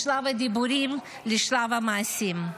משלב הדיבורים לשלב המעשים?